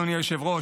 אדוני היושב-ראש,